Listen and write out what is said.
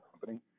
Company